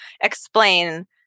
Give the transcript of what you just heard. explain